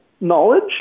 knowledge